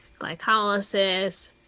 glycolysis